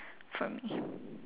for me